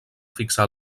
fixar